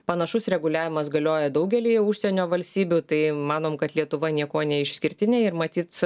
panašus reguliavimas galioja daugelyje užsienio valstybių tai manom kad lietuva niekuo neišskirtinė ir matyt